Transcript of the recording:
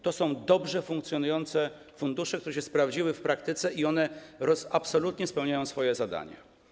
To są dobrze funkcjonujące fundusze, które się sprawdziły w praktyce i które absolutnie realizują swoje zadania.